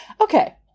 Okay